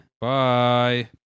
Bye